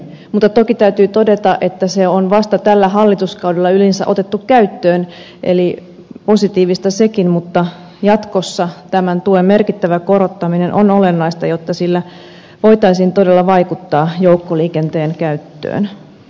mutta toki täytyy todeta että se on vasta tällä hallituskaudella yleensä otettu käyttöön eli positiivista sekin mutta jatkossa tämän tuen merkittävä korottaminen on olennaista jotta sillä voitaisiin todella vaikuttaa joukkoliikenteen käyttöön